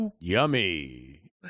Yummy